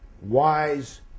wise